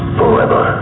forever